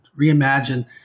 reimagine